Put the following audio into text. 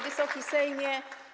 Wysoki Sejmie!